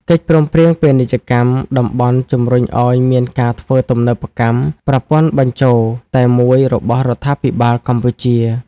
កិច្ចព្រមព្រៀងពាណិជ្ជកម្មតំបន់ជំរុញឱ្យមានការធ្វើទំនើបកម្មប្រព័ន្ធបញ្ជរតែមួយរបស់រដ្ឋាភិបាលកម្ពុជា។